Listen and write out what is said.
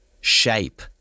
Shape